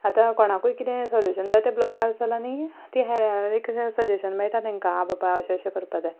आतां कोणाकूय कितें सोल्यूशन जाय तें ब्लोगार चला आनी ती हें एक सजेशन मेळटा तेंका आं बाबा अशें अशें करपाक जाय